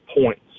points